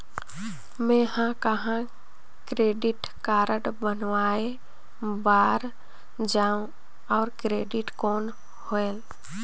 मैं ह कहाँ क्रेडिट कारड बनवाय बार जाओ? और क्रेडिट कौन होएल??